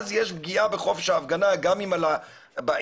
אז יש פגיעה בחופש ההפגנה גם אם החוק